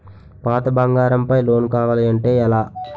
పాత బంగారం పై లోన్ కావాలి అంటే ఎలా?